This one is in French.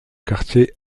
quartier